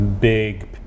big